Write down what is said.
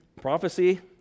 Prophecy